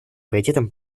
приоритетом